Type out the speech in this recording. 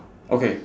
okay